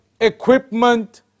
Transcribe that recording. equipment